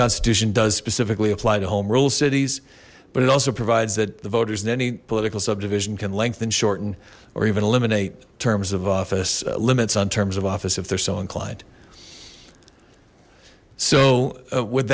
constitution does specifically apply to home rule cities but it also provides that the voters in any political subdivision can lengthen shorten or even eliminate terms of office limits on terms of office if they're so inclined so